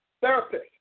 Therapist